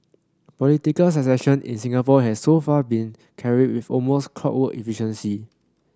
political succession in Singapore has so far been carried with almost clockwork efficiency